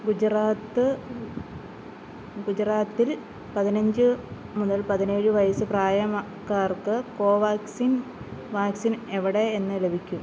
ഗുജറാത്ത് ഗുജറാത്തില് പതിനഞ്ച് മുതൽ പതിനേഴ് വയസ്സ് പ്രായക്കാർക്ക് കോവാക്സിൻ വാക്സിൻ എവിടെ എന്ന് ലഭിക്കും